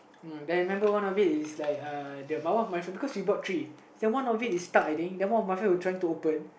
uh I remember one of it is like uh one of my friend because we bought three then one of it is stuck I think then one of my friend were trying to open